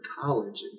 college